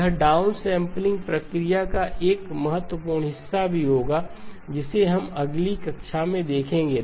यह डाउनसम्पलिंग प्रक्रिया का एक महत्वपूर्ण हिस्सा भी होगा जिसे हम अगली कक्षा में देखेंगे